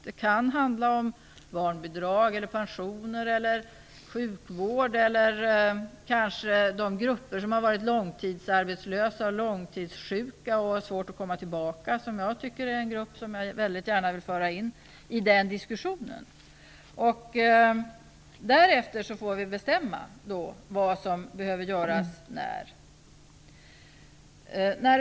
Det kan handla om barnbidrag, pensioner eller sjukvård eller kanske om de grupper som har varit långtidsarbetslösa eller långtidssjuka och har svårt att komma tillbaka. Dessa grupper vill jag väldigt gärna föra in i den diskussionen. Därefter får vi bestämma vad som behöver göras och när.